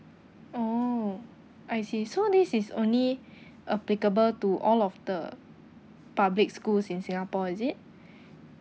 oh I see so this is only applicable to all of the public schools in singapore is it